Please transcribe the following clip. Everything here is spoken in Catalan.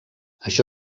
això